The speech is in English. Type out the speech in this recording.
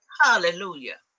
Hallelujah